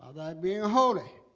by being wholly